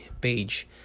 page